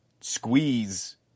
squeeze